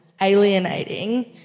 alienating